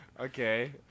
Okay